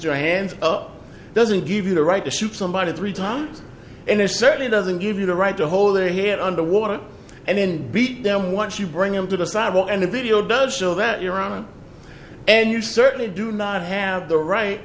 your hands up doesn't give you the right to shoot somebody three times and it certainly doesn't give you the right to hold their head under water and then beat them once you bring them to the sidewalk and the video does show that you're on and you certainly do not have the right